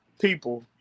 people